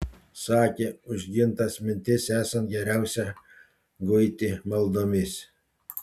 sakė užgintas mintis esant geriausia guiti maldomis